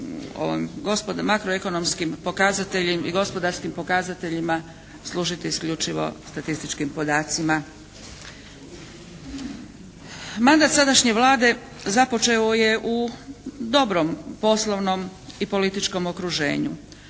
makroekonomskih pokazateljem i gospodarskim pokazateljima služiti isključivo statističkim podacima. Mandat sadašnje Vlade započeo je u dobrom poslovnom i političkom okruženju.